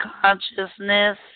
consciousness